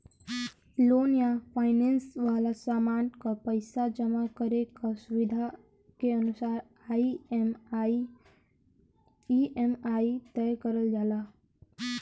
loan या finance वाला सामान क पइसा जमा करे क सुविधा के अनुसार ई.एम.आई तय करल जाला